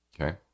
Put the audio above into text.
Okay